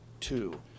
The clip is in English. two